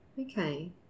Okay